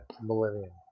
millennium